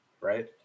right